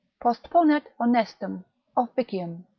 postponet honestum officium